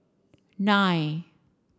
nine